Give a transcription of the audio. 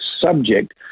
subject